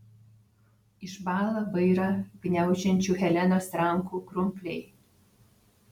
išbąla vairą gniaužiančių helenos rankų krumpliai